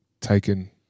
taken